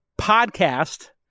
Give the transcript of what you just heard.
podcast